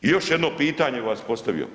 I još jedno pitanje bi vas postavio.